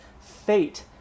fate